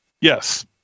Yes